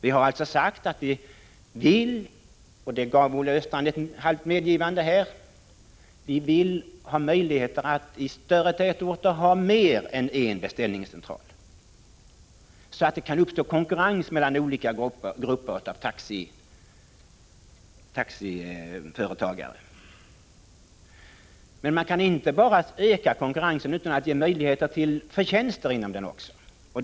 Vi har alltså sagt att vi vill — och på den punkten gav Olle Östrand ett halvt medgivande — ha möjligheter att i större tätorter ha mer än en beställningscentral, så att det alltså kan uppstå konkurrens mellan olika grupper av taxiföretagare. Man kan inte bara öka konkurrensen utan att ge möjligheter till merförtjänster inom näringen.